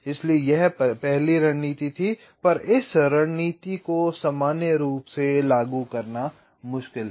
इसलिए यह पहली रणनीति थी पर इस रणनीति को सामान्य रूप से लागू करना मुश्किल है